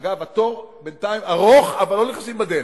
אגב, התור, בינתיים, ארוך, אבל לא נכנסים בדלת,